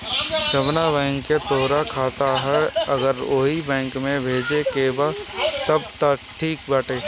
जवना बैंक के तोहार खाता ह अगर ओही बैंक में भेजे के बा तब त ठीक बाटे